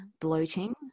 bloating